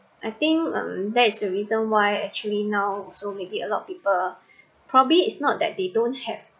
I think hmm that's the reason why actually now so maybe a lot of people probably it's not that they don't have